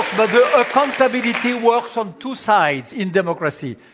but the comptability works on two sides in democracy.